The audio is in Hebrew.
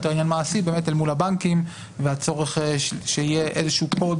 אלא עניין מעשי מול הבנקים וצורך שיהיה איזשהו קוד